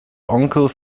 uncle